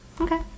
Okay